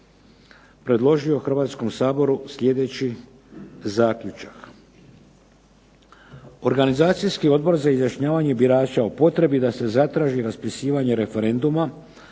predložio Hrvatskom saboru sljedeći zaključak: